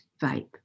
vape